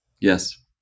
Yes